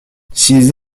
s’ils